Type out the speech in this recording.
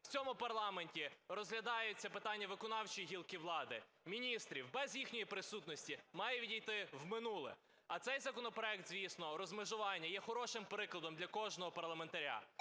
в цьому парламенті розглядається питання виконавчої гілки влади, міністрів, без їхньої присутності, має відійти в минуле. А цей законопроект, звісно, розмежування є хорошим прикладом для кожного парламентаря,